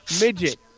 Midget